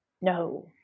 No